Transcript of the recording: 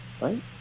right